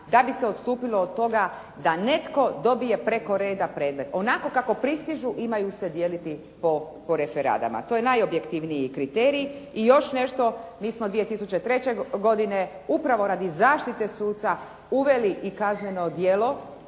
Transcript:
da bi se odstupilo od toga da netko dobije preko reda predmet. Onako kako pristižu imaju se dijeliti po referadama. To je najobjektivniji kriterij. I još nešto, mi smo 2003. godine upravo radi zaštite suca uveli i kazneno djelo